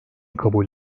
kabul